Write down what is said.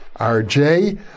RJ